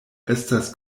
estas